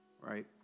Right